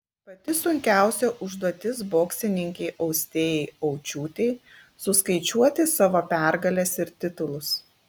pati sunkiausia užduotis boksininkei austėjai aučiūtei suskaičiuoti savo pergales ir titulus